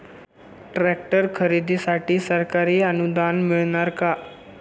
Tractor खरेदीसाठी सरकारी अनुदान मिळणार का?